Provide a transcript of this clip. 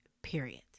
period